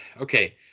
okay